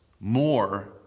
more